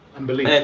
um believe.